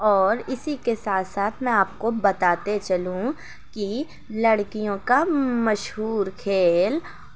اور اسی کے ساتھ ساتھ میں آپ کو بتاتے چلوں کہ لڑکیوں کا مشہور کھیل